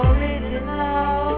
Original